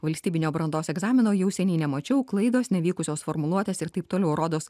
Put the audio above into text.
valstybinio brandos egzamino jau seniai nemačiau klaidos nevykusios formuluotės ir taip toliau rodos